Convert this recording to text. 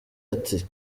ati